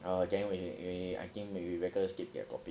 oh then we we I think we better skip that topic